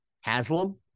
Haslam